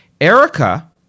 Erica